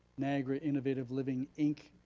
niagara innovative living inc.